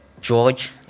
George